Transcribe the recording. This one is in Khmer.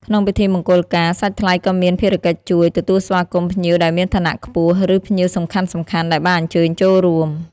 ក្នុងពិធីមង្គលការ សាច់ថ្លៃក៏មានភារកិច្ចជួយ ទទួលស្វាគមន៍ភ្ញៀវដែលមានឋានៈខ្ពស់ ឬ ភ្ញៀវសំខាន់ៗ ដែលបានអញ្ជើញចូលរួម។